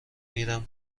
میرم